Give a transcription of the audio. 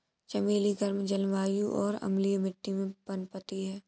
चमेली गर्म जलवायु और अम्लीय मिट्टी में पनपती है